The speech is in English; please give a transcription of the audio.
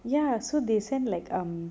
ya so they send like err